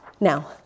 Now